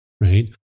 right